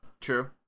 True